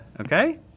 okay